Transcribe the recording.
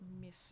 missing